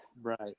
right